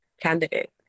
candidate